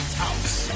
house